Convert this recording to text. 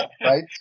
right